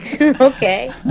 okay